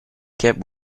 kept